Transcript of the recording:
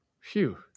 phew